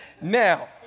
Now